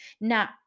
Now